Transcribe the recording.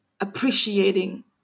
appreciating